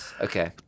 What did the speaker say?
Okay